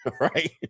right